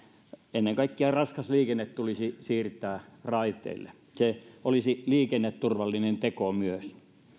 ennen kaikkea raskas liikenne tulisi siirtää raiteille se olisi liikenneturvallinen teko myös